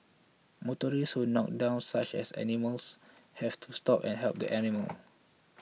motorists who knocked down such as animals have to stop and help the animal